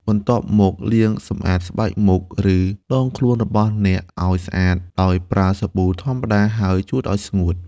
បន្ទាប់មកលាងសម្អាតស្បែកមុខ ឬដងខ្លួនរបស់អ្នកឱ្យស្អាត ដោយប្រើសាប៊ូធម្មតា ហើយជូតឱ្យស្ងួត។